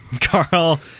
Carl